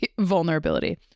vulnerability